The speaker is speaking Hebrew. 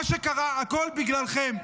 מה שקרה, הכול בגללכם.